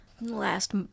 last